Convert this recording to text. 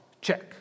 Check